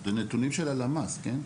זה נתונים של הלמ״ס, כן?